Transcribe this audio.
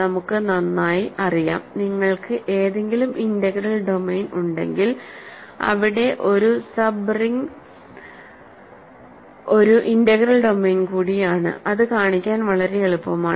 നമുക്ക് നന്നായി അറിയാം നിങ്ങൾക്ക് ഏതെങ്കിലും ഇന്റഗ്രൽ ഡൊമെയ്ൻ ഉണ്ടെങ്കിൽ അവിടെ ഒരു സബ് റിംഗ് ഒരു ഇന്റഗ്രൽ ഡൊമെയ്ൻ കൂടിയാണ് അത് കാണിക്കാൻ വളരെ എളുപ്പമാണ്